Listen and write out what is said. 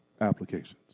applications